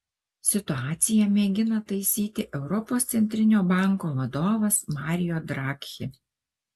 situaciją mėgina taisyti europos centrinio banko vadovas mario draghi